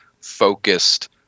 focused